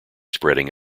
spreading